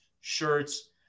shirts